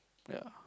ya